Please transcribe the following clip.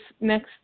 next